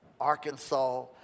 Arkansas